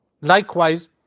likewise